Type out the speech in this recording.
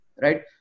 Right